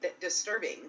disturbing